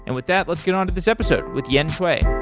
and with that, let's get on to this episode with yen cui